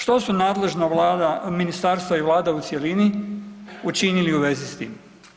Što su nadležna vlada, ministarstva i vlada u cjelini učinili u vezi s tim?